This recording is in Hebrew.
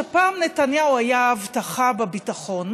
שפעם נתניהו היה הבטחה בביטחון,